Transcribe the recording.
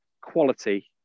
quality